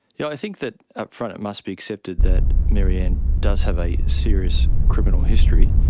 you know i think that up-front it must be accepted that maryanne does have a serious criminal history,